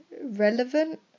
relevant